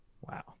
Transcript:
Wow